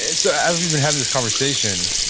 and so as we've been having this conversation,